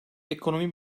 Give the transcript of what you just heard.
ekonomi